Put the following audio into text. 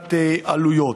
מבחינת עלויות.